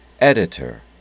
editor